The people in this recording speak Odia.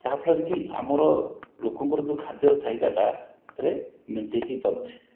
ଯାହା ଫଳରେ କି ଆମର ଲୋକଙ୍କର ଯେଉଁ ଖାଦ୍ୟର ଚାହିଦାଟା ଏଥିରେ ମେଣ୍ଟେଇ ହେଇପାରୁଛି